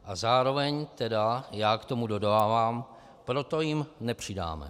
A zároveň tedy já k tomu dodávám: proto jim nepřidáme.